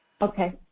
Okay